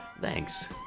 Thanks